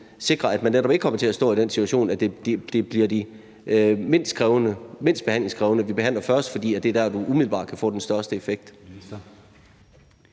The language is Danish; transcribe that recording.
sikre, at man netop ikke kommer til at stå i den situation, at det bliver de mindst behandlingskrævende, man behandler først, fordi det er der, man umiddelbart kan få den største effekt?